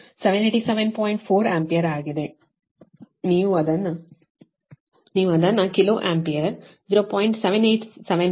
4 ampere ಆಗಿದೆ ನೀವು ಅದನ್ನು ಕಿಲೋ ಆಂಪಿಯರ್ 0